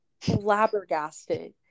flabbergasted